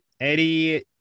Eddie